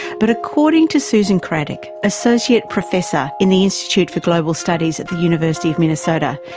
but according to susan craddock, associate professor in the institute for global studies at the university of minnesota,